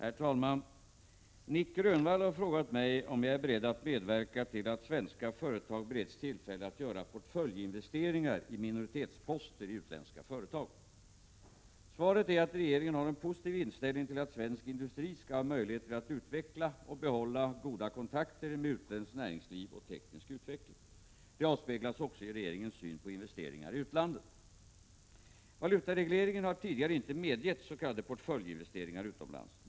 Herr talman! Nic Grönvall har frågat mig om jag är beredd att medverka till att svenska företag bereds tillfälle att göra portföljinvesteringar i minoritetsposter i utländska företag. Svaret är att regeringen har en positiv inställning till att svensk industri skall ha möjligheter att utveckla och behålla goda kontakter med utländskt näringsliv och teknisk utveckling. Detta avspeglas också i regeringens syn på investeringar i utlandet. Valutaregleringen har tidigare inte medgivit s.k. portföljinvesteringar utomlands.